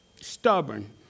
stubborn